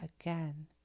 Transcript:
again